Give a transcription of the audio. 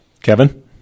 Kevin